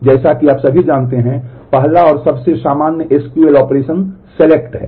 इसलिए जैसा कि आप सभी जानते हैं पहला और सबसे सामान्य SQL ऑपरेशन सेलेक्ट है